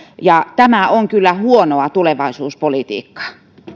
ja tämä on kyllä huonoa tulevaisuuspolitiikkaa